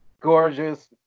gorgeous